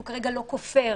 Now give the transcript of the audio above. הוא כרגע לא כופר